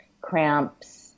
cramps